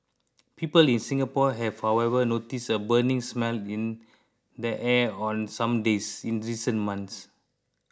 people in Singapore have however noticed a burning smell in the air on some days in recent months